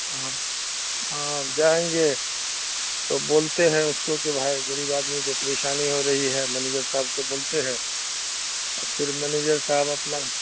اہاں ہاں جائیں گے تو بولتے ہیں اس کو کہ بھائی غریب آدمی کو پریشانی ہو رہی ہے مینیجر صاحب کو بولتے ہیں اور پھر مینیجر صاحب اپنا